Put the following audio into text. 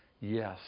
yes